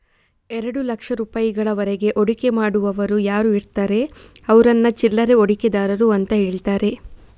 ಎರಡು ಲಕ್ಷ ರೂಪಾಯಿಗಳವರೆಗೆ ಹೂಡಿಕೆ ಮಾಡುವವರು ಯಾರು ಇರ್ತಾರೆ ಅವ್ರನ್ನ ಚಿಲ್ಲರೆ ಹೂಡಿಕೆದಾರರು ಅಂತ ಹೇಳ್ತಾರೆ